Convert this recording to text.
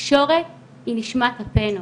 תקשורת היא נשמת אפנו.